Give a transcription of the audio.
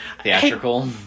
Theatrical